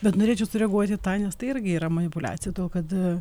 bet norėčiau sureaguoti į tą nes tai irgi yra manipuliacija todėl kad